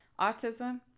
autism